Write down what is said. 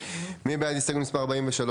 מי בעד הסתייגות מספר 43?